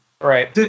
Right